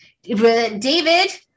David